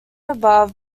above